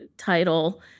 title